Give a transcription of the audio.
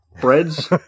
breads